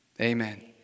Amen